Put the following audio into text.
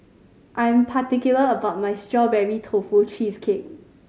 I am particular about my Strawberry Tofu Cheesecake